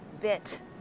bit